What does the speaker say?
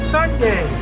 Sunday